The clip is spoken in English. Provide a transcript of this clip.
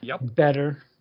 Better